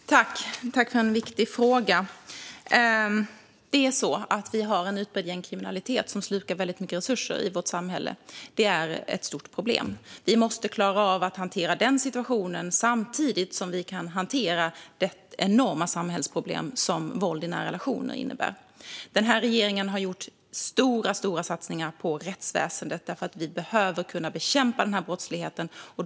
Fru talman! Jag tackar för en viktig fråga. Det är så att vi har en utbredd gängkriminalitet som slukar väldigt mycket resurser i vårt samhälle. Det är ett stort problem. Vi måste klara av att hantera den situationen och samtidigt hantera det enorma samhällsproblem som våld i nära relationer innebär. Regeringen har gjort stora satsningar på rättsväsendet för att vi behöver kunna bekämpa den här brottsligheten.